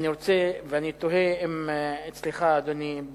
ואני תוהה אם אצלך, אדוני,